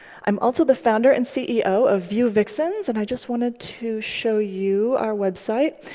i'm also the founder and ceo of vue vixens, and i just wanted to show you our website.